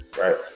right